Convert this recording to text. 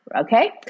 Okay